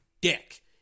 dick